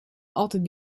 altijd